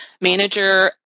manager